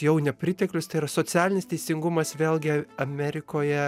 jau nepriteklius tai yra socialinis teisingumas vėlgi amerikoje